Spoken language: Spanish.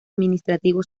administrativo